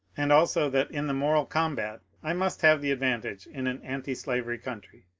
and also that in the moral combat i must have the advantage in an antislavery country.